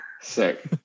sick